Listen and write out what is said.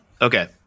Okay